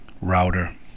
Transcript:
router